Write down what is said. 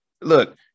Look